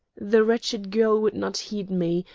the wretched girl would not heed me,